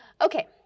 Okay